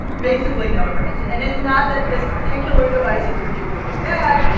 basically no information. and it's not that this particular device is particularly bad.